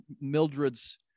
Mildred's